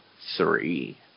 three